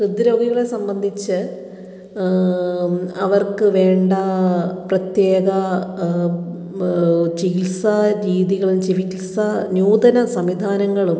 ഹൃദ്രോഗികളെ സംബന്ധിച്ച് അവർക്ക് വേണ്ട പ്രത്യേക ചികിത്സാ രീതികളും ചികിത്സാ നൂതന സംവിധാനങ്ങളും